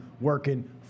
working